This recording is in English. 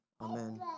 Amen